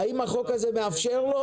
המילים "אם קבע" נוספו בסוף סעיף 14כט(א)(2).